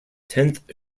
tenth